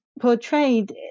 portrayed